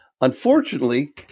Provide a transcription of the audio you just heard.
unfortunately